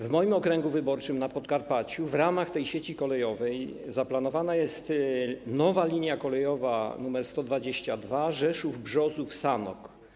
W moim okręgu wyborczym na Podkarpaciu w ramach tej sieci kolejowej zaplanowana jest nowa linia kolejowa nr 122 Rzeszów - Brzozów - Sanok.